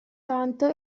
tanto